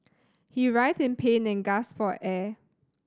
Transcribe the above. he writhed in pain and gasped for air